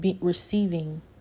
receiving